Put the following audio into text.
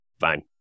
fine